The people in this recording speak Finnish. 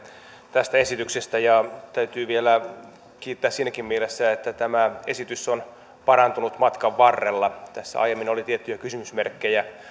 tästä esityksestä ja täytyy vielä kiittää siinäkin mielessä että tämä esitys on parantunut matkan varrella tässä aiemmin oli tiettyjä kysymysmerkkejä